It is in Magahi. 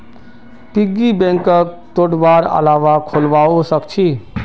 पिग्गी बैंकक तोडवार अलावा खोलवाओ सख छ